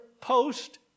post